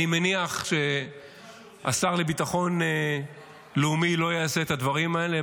אני מניח שהשר לביטחון לאומי לא יעשה את הדברים האלה.